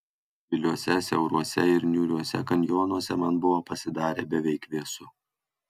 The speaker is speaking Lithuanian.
giliuose siauruose ir niūriuose kanjonuose man buvo pasidarę beveik vėsu